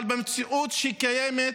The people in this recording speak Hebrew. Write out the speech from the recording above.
אבל במציאות שקיימת,